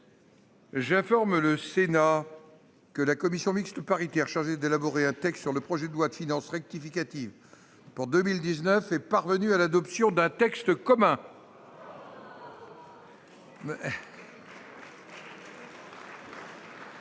J'informe le Sénat que la commission mixte paritaire chargée d'élaborer un texte sur le projet de loi de finances rectificative pour 2019 est parvenue à l'adoption d'un texte commun.